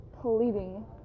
pleading